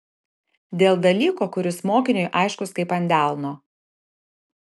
dėl dalyko kuris mokiniui aiškus kaip ant delno